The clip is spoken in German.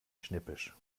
schnippisch